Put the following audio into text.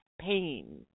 pain